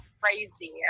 crazy